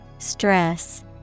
Stress